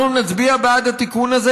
אנחנו נצביע בעד התיקון הזה,